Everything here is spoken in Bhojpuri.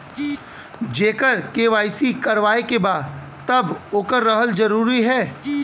जेकर के.वाइ.सी करवाएं के बा तब ओकर रहल जरूरी हे?